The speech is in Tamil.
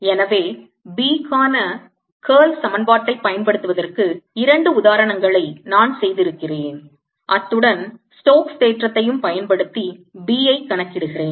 எனவே B க்கான curl சமன்பாட்டைப் பயன்படுத்துவதற்கு இரண்டு உதாரணங்களை நான் செய்திருக்கிறேன் அத்துடன் ஸ்டோக்ஸ் தேற்றத்தையும் பயன்படுத்தி B ஐ கணக்கிடுகிறேன்